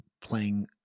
playing